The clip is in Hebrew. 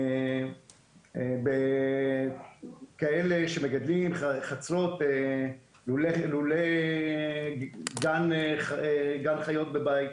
בכאלה שמגדלים לולי גן חיות בבית,